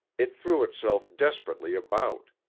it threw itself desperately about.